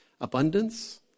Abundance